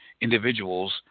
individuals